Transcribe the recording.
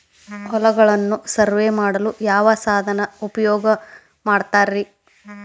ಹೊಲಗಳನ್ನು ಸರ್ವೇ ಮಾಡಲು ಯಾವ ಸಾಧನ ಉಪಯೋಗ ಮಾಡ್ತಾರ ರಿ?